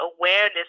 awareness